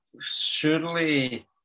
surely